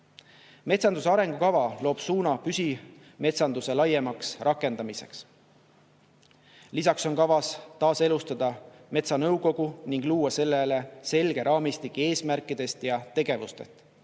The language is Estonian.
mainet. Metsanduse arengukava loob suuna püsimetsanduse laiemaks rakendamiseks. Lisaks on kavas taaselustada metsanõukogu ning luua sellele selge raamistik eesmärkidest ja tegevustest,